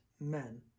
men